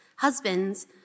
Husbands